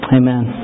amen